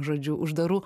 žodžiu uždarų